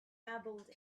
babbled